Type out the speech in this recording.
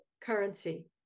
currency